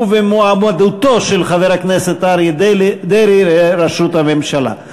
יתמוך בהצעת האי-אמון ובמועמדותו של חבר הכנסת אריה דרעי לראשות הממשלה.